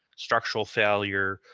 structural failure,